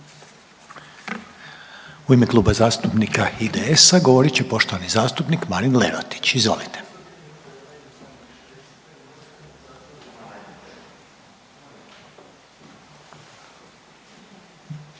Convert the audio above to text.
U ime Kluba zastupnika HDZ-a govorit će poštovani zastupnik Pero Ćosić. Izvolite.